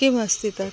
किमस्ति तत्